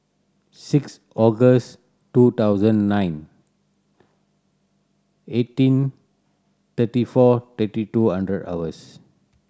six August two thousand nine eighteen thirty four thirty two hundred hours